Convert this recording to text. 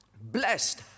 blessed